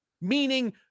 meaning